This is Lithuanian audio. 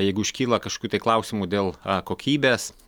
jeigu iškyla kažkokių tai klausimų dėl kokybės